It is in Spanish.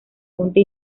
monte